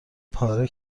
پاره